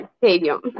stadium